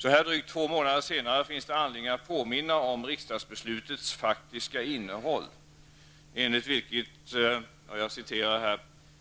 Så här drygt två månader senare finns det anledning att påminna om rikdagsbeslutets faktiska innehåll, enligt vilket